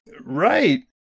Right